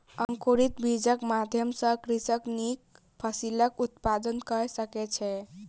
अंकुरित बीजक माध्यम सॅ कृषक नीक फसिलक उत्पादन कय सकै छै